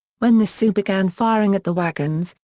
when the sioux began firing at the wagons,